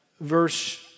verse